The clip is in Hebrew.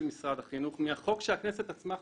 משרד החינוך מהחוק שהכנסת עצמה חוקקה.